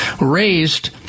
raised